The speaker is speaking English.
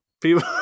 People